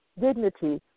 dignity